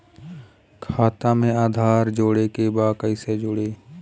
खाता में आधार जोड़े के बा कैसे जुड़ी?